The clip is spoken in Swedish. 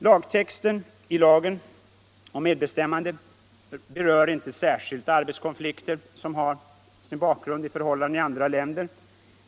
Lagtexten i lagen om medbestämmande i arbetslivet berör inte särskilt arbetskonflikter som har sin bakgrund i förhållandena i i andra länder.